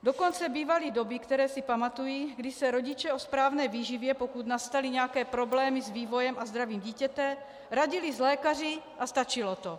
Dokonce bývaly doby, které si pamatuji, kdy se rodiče o správné výživě, pokud nastaly nějaké problémy s vývojem a zdravím dítěte, radili s lékaři a stačilo to.